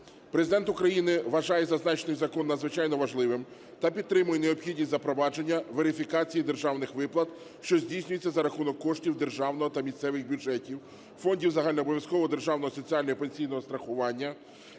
Президент України вважає зазначений закон надзвичайно важливим та підтримує необхідність запровадження верифікації державних виплат, що здійснюються за рахунок коштів державного та місцевих бюджетів, фондів загальнообов'язкового державного соціального і пенсійного страхування.